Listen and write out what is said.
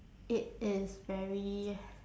it is very